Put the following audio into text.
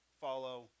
follow